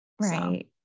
right